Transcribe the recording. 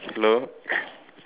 hello